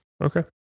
Okay